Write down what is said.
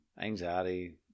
Anxiety